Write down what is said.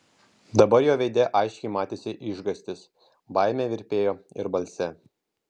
dabar jo veide aiškiai matėsi išgąstis baimė virpėjo ir balse